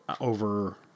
over